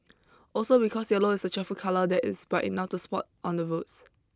also because yellow is a cheerful colour that is bright enough to spot on the roads